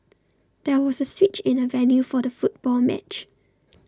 there was A switch in the venue for the football match